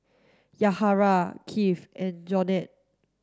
Yahaira Kieth and Jonell